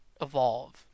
evolve